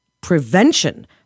prevention